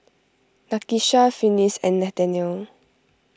Nakisha Finis and Nathanial